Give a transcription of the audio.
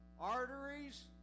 arteries